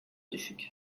düşük